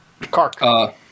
Kark